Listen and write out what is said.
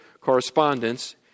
correspondence